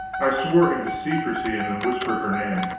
i swore him to secrecy and then whispered her name